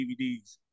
DVDs